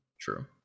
true